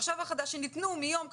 אני ממש לא מבין.